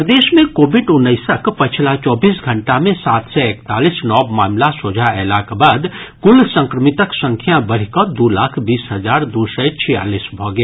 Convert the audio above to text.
प्रदेश मे कोविड उन्नैसक पछिला चौबीस घंटा मे सात सय एकतालीस नव मामिला सोझा अयलाक बाद कुल संक्रमितक संख्या बढ़ि कऽ दू लाख बीस हजार दू सय छियालीस भऽ गेल